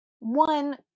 one